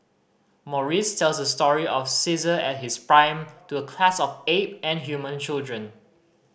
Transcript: Maurice tells the story of Caesar at his prime to a class of ape and human children